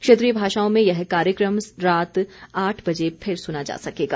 क्षेत्रीय भाषाओं में यह कार्यक्रम रात आठ बजे फिर सुना जा सकेगा